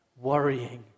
worrying